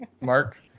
Mark